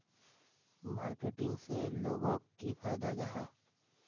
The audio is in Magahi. मार्केटिंग से लोगोक की फायदा जाहा?